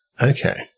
Okay